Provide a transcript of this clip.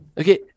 Okay